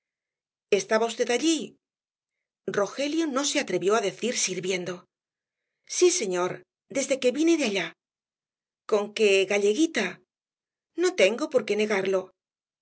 estaba v allí rogelio no se atrevió á decir sirviendo sí señor desde que vine de allá conque galleguita no tengo por qué negarlo